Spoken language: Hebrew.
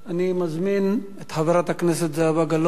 אני מזמין את חברת הכנסת זהבה גלאון